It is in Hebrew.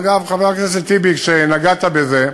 אגב, חבר הכנסת טיבי, כשנגעת בזה,